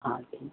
हां ठीक